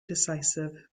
decisive